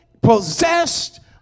possessed